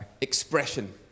expression